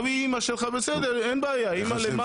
בסדר אמא למטה.